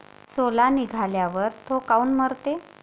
सोला निघाल्यावर थो काऊन मरते?